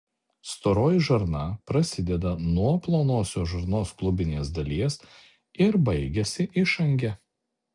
storoji žarna prasideda nuo plonosios žarnos klubinės dalies ir baigiasi išange